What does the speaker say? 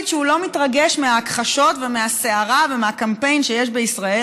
שהוא לא מתרגש מההכחשות ומהסערה ומהקמפיין שיש בישראל.